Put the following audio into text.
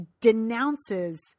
denounces